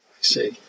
see